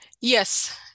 Yes